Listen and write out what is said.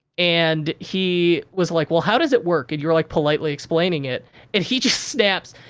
and, he was like, well, how does it work? and, you were, like, politely explaining it and he just snaps,